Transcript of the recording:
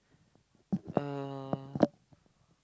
uh